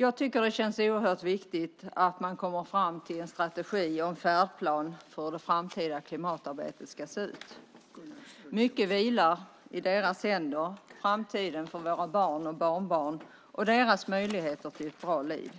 Jag tycker att det känns oerhört viktigt att man kommer fram till en strategi och en färdplan för hur det framtida klimatarbetet ska se ut. Mycket vilar i förhandlarnas händer - framtiden för våra barn och barnbarn och deras möjligheter till ett bra liv.